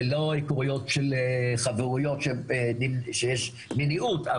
שהן לא הכרויות של חברויות שיש מניעות,